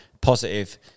positive